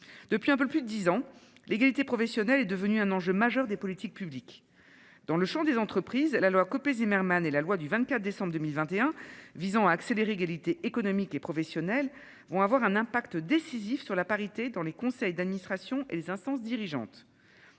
depuis un peu plus de 10 ans. L'égalité professionnelle est devenue un enjeu majeur des politiques publiques dans le champs des entreprises et la loi Copé Zimmermann et la loi du 24 décembre 2021, visant à accélérer égalité économique et professionnelle vont avoir un impact décisif sur la parité dans les conseils d'administration et les instances dirigeantes